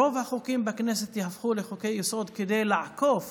רוב החוקים בכנסת יהפכו לחוקי-יסוד כדי לעקוף